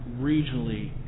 regionally